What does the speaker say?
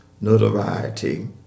notoriety